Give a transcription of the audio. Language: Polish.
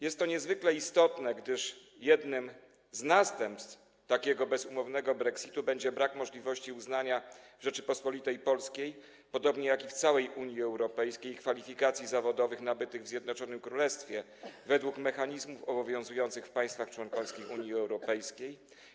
Jest to niezwykle istotne, gdyż jednym z następstw bezumownego brexitu będzie brak możliwości uznania w Rzeczypospolitej Polskiej, podobnie jak w całej Unii Europejskiej, kwalifikacji zawodowych nabytych w Zjednoczonym Królestwie według mechanizmów obowiązujących w państwach członkowskich Unii Europejskiej.